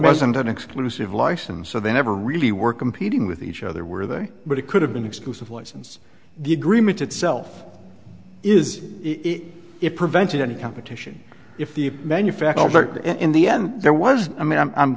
wasn't an exclusive license so they never really work competing with each other were they but it could have been exclusive license the agreement itself is it it prevents any competition if the manufacturer in the end there was i mean i'm i'm